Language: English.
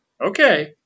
Okay